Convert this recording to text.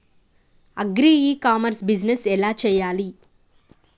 Agri e commerce business ఎలా చెయ్యాలి?